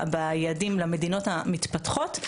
ביעדים למדינות המתפתחות,